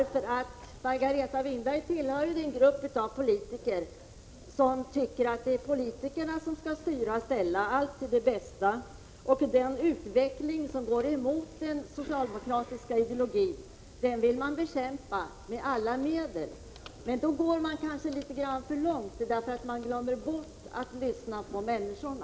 Margareta Winberg tillhör den grupp av politiker som tycker att det är politikerna som skall styra och ställa allt till det bästa, och den utveckling som går emot den socialdemokratiska ideologin skall bekämpas med alla medel. Då kanske de går litet för långt, därför att de glömmer bort att lyssna på människorna.